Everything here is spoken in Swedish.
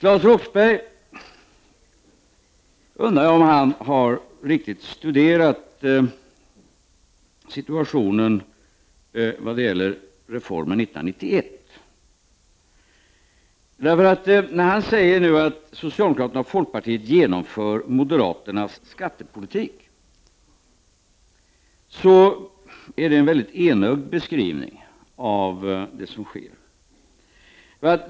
Jag undrar om Claes Roxbergh har studerat situationen år 1991 vad gäller skattereformen. När han nu säger att socialdemokraterna och folkpartiet genomför moderaternas skattepolitik är det en enögd beskrivning av det som sker.